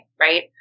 right